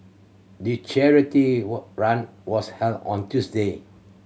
the charity were run was held on Tuesday